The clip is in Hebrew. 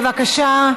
בבקשה.